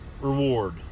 reward